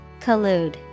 Collude